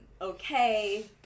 Okay